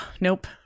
nope